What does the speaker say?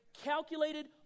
calculated